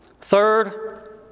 Third